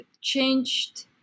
changed